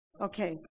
Okay